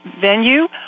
venue